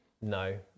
no